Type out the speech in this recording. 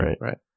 right